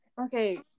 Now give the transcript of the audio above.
Okay